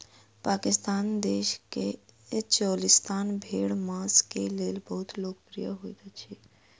पाकिस्तान देशक चोलिस्तानी भेड़ मांस के लेल बहुत लोकप्रिय होइत अछि